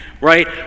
Right